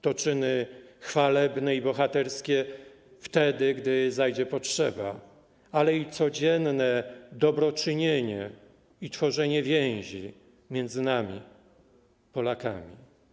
To czyny chwalebne i bohaterskie wtedy, gdy zajdzie potrzeba, ale także codzienne dobroczynienie i tworzenie więzi między nami, Polakami.